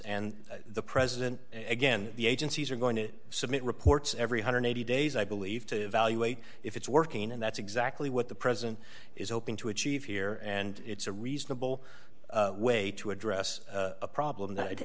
and the president again the agencies are going to submit reports every one hundred and eighty days i believe to evaluate if it's working and that's exactly what the president is hoping to achieve here and it's a reasonable way to address a problem that